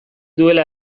duela